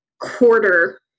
quarter